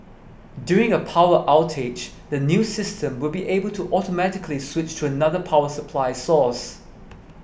during a power outage the new system will be able to automatically switch to another power supply source